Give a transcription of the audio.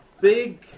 Big